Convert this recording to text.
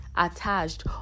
attached